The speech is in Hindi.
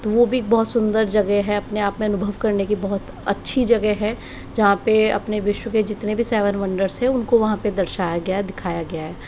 वो भी बहुत सुंदर जगह है अपने आप में अनुभव करने की बहुत अच्छी जगह है जहाँ पर अपने विश्व के जितने भी सेवन वंडर्स हैं उनको वहाँ पर दर्शाया गया है दिखाया गया है